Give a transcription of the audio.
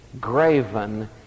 graven